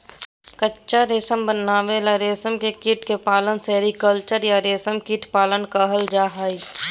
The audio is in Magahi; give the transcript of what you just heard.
कच्चा रेशम बनावे ले रेशम के कीट के पालन सेरीकल्चर या रेशम कीट पालन कहल जा हई